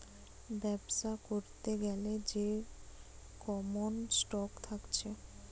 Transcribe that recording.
বেবসা করতে গ্যালে যে কমন স্টক থাকছে